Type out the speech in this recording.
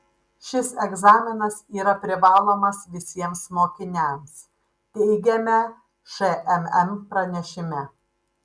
šis egzaminas yra privalomas visiems mokiniams teigiame šmm pranešime